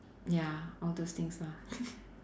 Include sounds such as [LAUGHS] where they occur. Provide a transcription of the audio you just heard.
ya all those things lah [LAUGHS]